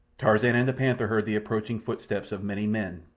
tarzan and the panther heard the approaching footsteps of many men,